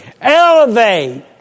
Elevate